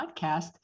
podcast